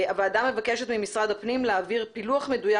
הוועדה מבקשת ממשרד הפנים להעביר פילוח מדויק